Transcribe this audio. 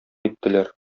иттеләр